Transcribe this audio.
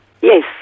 Yes